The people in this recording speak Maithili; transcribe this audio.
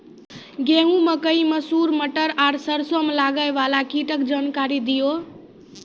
गेहूँ, मकई, मसूर, मटर आर सरसों मे लागै वाला कीटक जानकरी दियो?